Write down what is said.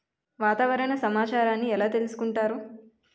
వాతావరణ సమాచారాన్ని ఎలా తెలుసుకుంటారు?